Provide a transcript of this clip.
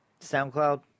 SoundCloud